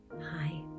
Hi